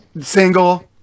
Single